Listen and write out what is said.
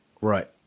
Right